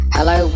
Hello